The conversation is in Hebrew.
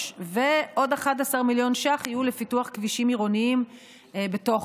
ועוד 11 מיליון שקל יהיו לפיתוח כבישים עירוניים בתוך